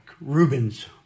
Rubens